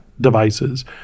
devices